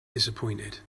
disappointed